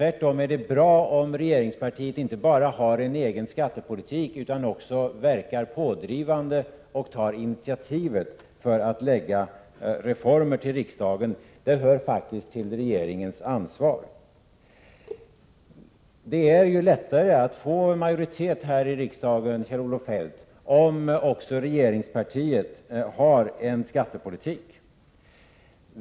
Tvärtom är det bra om regeringspartiet inte bara har en egen skattepolitik utan även verkar pådrivande och tar initiativet till att lägga fram förslag till reformer för riksdagen. Det hör faktiskt till regeringens ansvar. Det är ju lättare att få en majoritet här i riksdagen, Kjell-Olof Feldt, om även regeringspartiet har förslag till en skattepolitik.